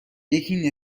یکی